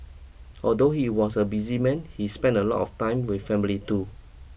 although he was a busy man he spent a lot of time with family too